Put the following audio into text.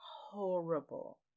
horrible